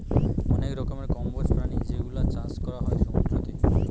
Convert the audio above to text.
অনেক রকমের কম্বোজ প্রাণী যেগুলোর চাষ করা হয় সমুদ্রতে